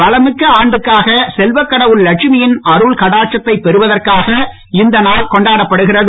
வளம் மிக்க ஆண்டுக்காக செல்வ கடவுன் லட்சுமியின் அருள் கடாட்சத்தைப் பெறுவதற்காக இந்த நாள் கொண்டாடப்படுகிறது